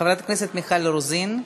חברת הכנסת מיכל רוזין.